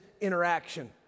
interaction